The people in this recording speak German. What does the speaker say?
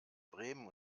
bremen